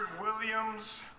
Williams